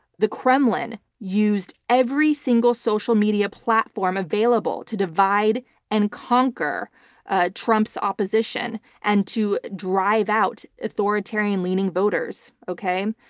the kremlin used every single social media platform available to divide and conquer ah trump's opposition and to drive out authoritarian leaning voters. okay?